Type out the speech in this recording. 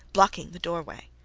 blocking the doorway.